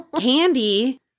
Candy